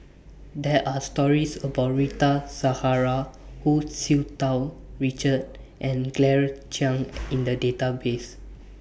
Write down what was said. There Are stories about Rita Zahara Hu Tsu Tau Richard and Claire Chiang in The Database